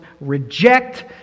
reject